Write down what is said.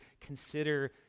consider